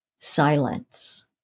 silence